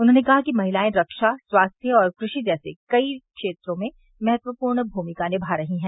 उन्होंने कहा कि महिलाएं रक्षा स्वास्थ्य और कृषि जैसे कई क्षेत्रों में महत्वपूर्ण भूमिका निभा रही हैं